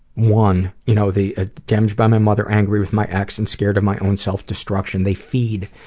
one, you know, the ah damaged by my mother, angry with my ex, and scared of my own self destruction. they feed,